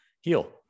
heal